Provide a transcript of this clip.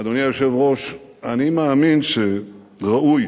אדוני היושב-ראש, אני מאמין שראוי